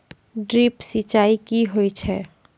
Drip सिंचाई कि होय छै?